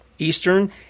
Eastern